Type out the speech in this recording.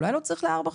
אולי לא צריך לארבע,